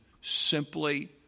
simply